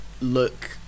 look